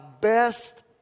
best